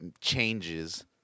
changes